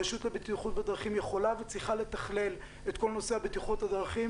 הרשות לבטיחות בדרכים יכולה וצריכה לתכלל את כל נושא הבטיחות בדרכים,